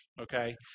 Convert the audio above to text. okay